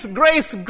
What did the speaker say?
grace